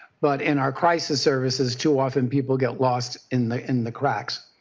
but in our crisis services, too often people get lost in the in the cracks.